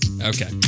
Okay